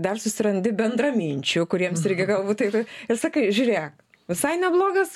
dar susirandi bendraminčių kuriems irgi galbūt taip ir sakai žiūrėk visai neblogas